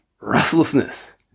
restlessness